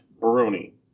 Baroni